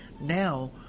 Now